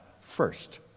first